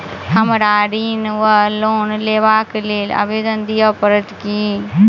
हमरा ऋण वा लोन लेबाक लेल आवेदन दिय पड़त की?